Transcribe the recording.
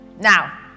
Now